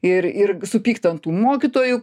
ir ir supykti ant tų mokytojų